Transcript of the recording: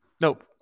Nope